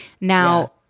Now